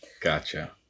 Gotcha